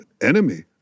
enemy